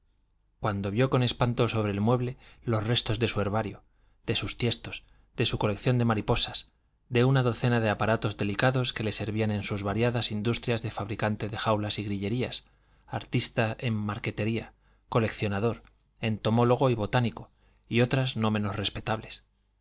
cuando vio con espanto sobre el mueble los restos de su herbario de sus tiestos de su colección de mariposas de una docena de aparatos delicados que le servían en sus variadas industrias de fabricante de jaulas y grilleras artista en marquetería coleccionador entomólogo y botánico y otras no menos respetables